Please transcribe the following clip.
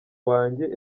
wanjye